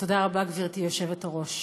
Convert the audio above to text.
תודה רבה, גברתי היושבת-ראש.